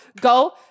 go